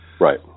Right